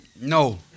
No